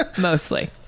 Mostly